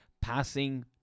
passing